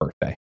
birthday